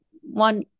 One